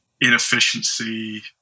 inefficiency